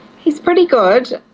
he's pretty good.